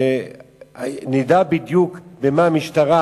ונדע בדיוק במה המשטרה,